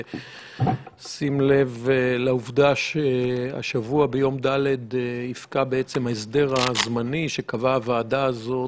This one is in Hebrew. בשים לב לעובדה שביום ד' השבוע יפקע ההסדר הזמני שקבעה הוועדה הזאת